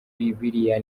bibiliya